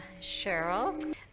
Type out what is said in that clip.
Cheryl